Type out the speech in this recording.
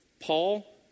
Paul